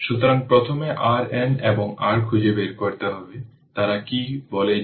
সুতরাং প্রথমে RN এবং r খুঁজে বের করতে হবে তারা কি বলে যে r iSC বা IN